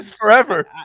forever